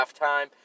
halftime